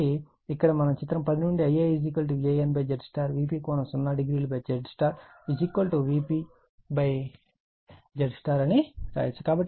కాబట్టి ఇక్కడ మనం చిత్రం 10 నుండి Ia VanZY Vp00ZY VpZY అని రాయవచ్చు